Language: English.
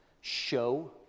show